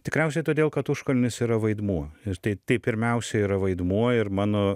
tikriausiai todėl kad užkalnis yra vaidmuo ir tai tai pirmiausia yra vaidmuo ir mano